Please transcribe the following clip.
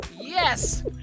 Yes